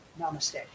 Namaste